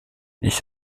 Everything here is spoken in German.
ich